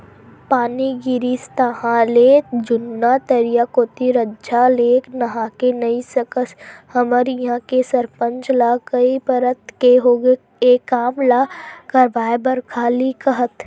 पानी गिरिस ताहले जुन्ना तरिया कोती रद्दा ले नाहके नइ सकस हमर इहां के सरपंच ल कई परत के होगे ए काम ल करवाय बर खाली काहत